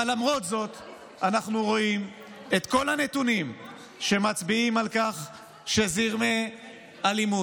אבל למרות זאת אנחנו רואים את כל הנתונים שמצביעים על כך שזרמי הלימוד